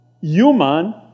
human